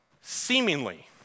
seemingly